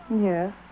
Yes